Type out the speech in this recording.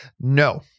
No